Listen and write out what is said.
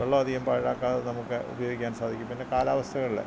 വെള്ളം അധികം പാഴാക്കാതെ നമുക്ക് ഉപയോഗിക്കാന് സാധിക്കും പിന്നെ കാലാവസ്ഥകളിൽ